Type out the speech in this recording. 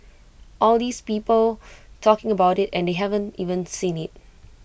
all these people talking about IT and they haven't even seen IT